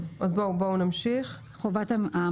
נמשיך בהקראה.